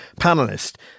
panelist